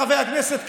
חבר הכנסת קרעי,